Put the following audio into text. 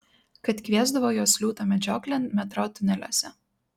kad kviesdavo juos liūto medžioklėn metro tuneliuose